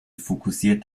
fokussiert